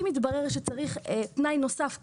אם יתברר שצריך תנאי נוסף כלשהו,